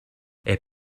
est